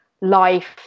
life